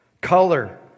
Color